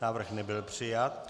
Návrh nebyl přijat.